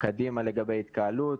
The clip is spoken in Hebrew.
קדימה לגבי התקהלות,